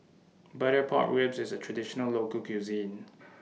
Butter Pork Ribs IS A Traditional Local Cuisine